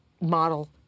model